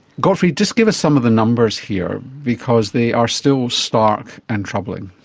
gottfried, just give us some of the numbers here, because they are still stark and troubling.